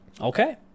Okay